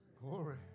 Glory